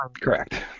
correct